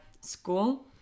school